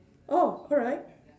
oh alright